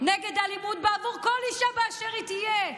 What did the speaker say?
נגד האלימות עבור כל אישה באשר תהיה,